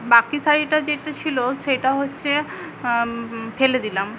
বাকি শাড়িটা যেটি ছিল সেটা হচ্ছে ফেলে দিলাম